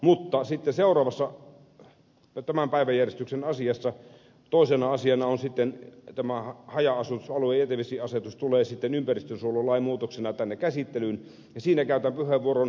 mutta sitten seuraavassa tämän päiväjärjestyksen asiassa toisena asiana on tämä haja asutusalueen jätevesiasetus joka tulee sitten ympäristönsuojelulain muutoksena tänne käsittelyyn ja siinä käytän puheenvuoron